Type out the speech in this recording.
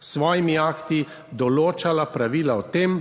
svojimi akti določala pravila o tem,